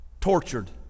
tortured